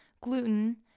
gluten